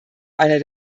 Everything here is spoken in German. einer